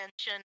attention